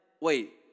Wait